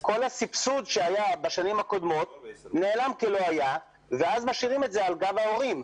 כל הסבסוד שהיה בשנים הקודמות נעלם כלא היה ואז משאירים את זה להורים.